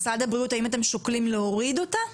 משרד הבריאות האם אתם שוקלים להוריד אותה?